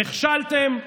נכשלתם,